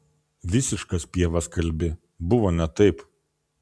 visiškas pievas kalbi buvo ne taip